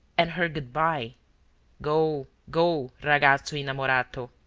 and her good-bye go, go, ragazzo innamorato,